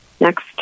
next